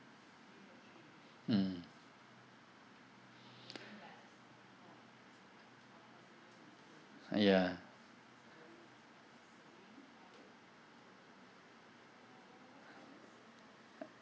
mm ah ya